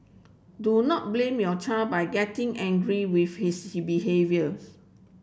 do not blame your child by getting angry with his behaviours